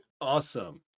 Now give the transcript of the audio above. Awesome